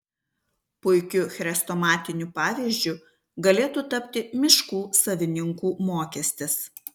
puikiu chrestomatiniu pavyzdžiu galėtų tapti miškų savininkų mokestis